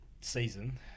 season